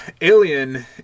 Alien